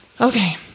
Okay